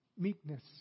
Meekness